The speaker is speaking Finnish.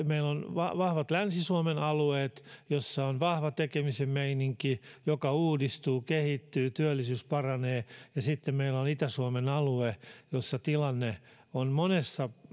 meillä on vahvat länsi suomen alueet joissa on vahva tekemisen meininki jotka uudistuvat kehittyvät joissa työllisyys paranee ja sitten meillä on itä suomen alue jossa tilanne on monessa